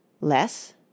less